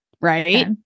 Right